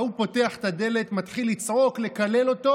וההוא פותח את הדלת ומתחיל לצעוק ולקלל אותו.